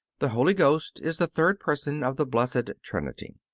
the holy ghost is the third person of the blessed trinity.